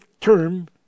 term